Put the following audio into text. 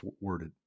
worded